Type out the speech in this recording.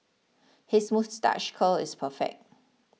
his moustache curl is perfect